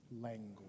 language